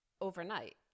overnight